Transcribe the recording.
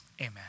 amen